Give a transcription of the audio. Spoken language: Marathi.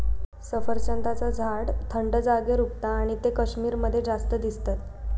सफरचंदाचा झाड थंड जागेर उगता आणि ते कश्मीर मध्ये जास्त दिसतत